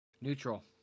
Neutral